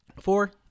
four